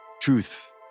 Truth